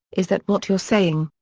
is that what you're saying,